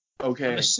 Okay